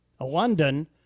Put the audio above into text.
London